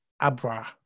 Abra